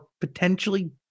potentially